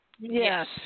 yes